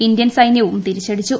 Indian സൈന്യവും തിരിച്ചടിച്ചു